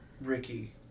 Ricky